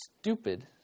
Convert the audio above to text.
stupid